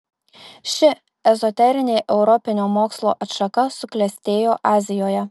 ši ezoterinė europinio mokslo atšaka suklestėjo azijoje